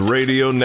Radio